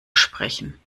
sprechen